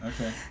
Okay